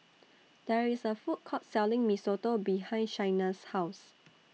There IS A Food Court Selling Mee Soto behind Shaina's House